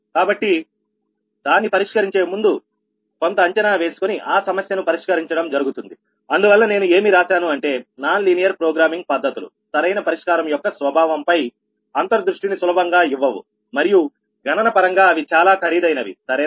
కాబట్టి దాన్ని పరిష్కరించే ముందు కొంత అంచనా వేసుకొని ఆ సమస్యను పరిష్కరించడం జరుగుతుంది అందువల్ల నేను ఏమి రాశాను అంటే నాన్ లీనియర్ ప్రోగ్రామింగ్ పద్ధతులు సరైన పరిష్కారం యొక్క స్వభావంపై అంతర్దృష్టిని సులభంగా ఇవ్వవు మరియు గణన పరంగా అవి చాలా ఖరీదైనవి సరేనా